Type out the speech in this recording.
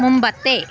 മുമ്പത്തെ